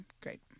Great